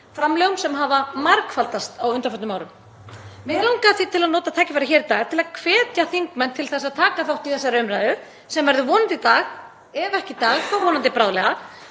sem hafa margfaldast á undanförnum árum. Mig langar því til að nota tækifærið hér í dag til að hvetja þingmenn til að taka þátt í þessari umræðu sem verður vonandi í dag, ef ekki í dag þá vonandi bráðlega.